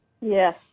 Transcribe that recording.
Yes